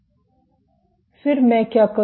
फिर मैं क्या करूँ